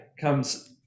comes